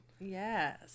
Yes